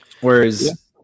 Whereas